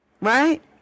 Right